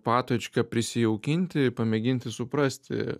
patočką prisijaukinti pamėginti suprasti